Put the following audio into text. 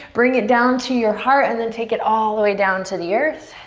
bring it down to your heart and then take it all the way down to the earth.